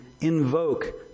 invoke